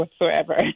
whatsoever